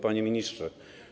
Panie Ministrze!